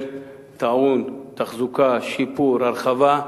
טעון תחזוקה, שיפור, הרחבה.